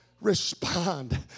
respond